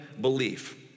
belief